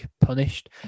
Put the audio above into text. punished